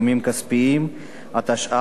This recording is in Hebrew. התשע"ב 2012,